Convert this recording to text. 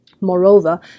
Moreover